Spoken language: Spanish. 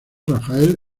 rafael